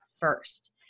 first